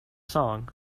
song